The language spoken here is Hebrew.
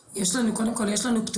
האם יש לכם את המפה הזאת למשרד החינוך?